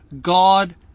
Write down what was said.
God